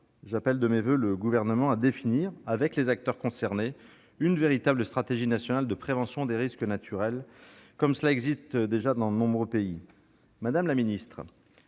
j'appelle le Gouvernement à définir, avec les acteurs concernés, une véritable stratégie nationale de prévention des risques naturels, comme il en existe déjà dans de nombreux pays. Madame la secrétaire